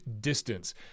distance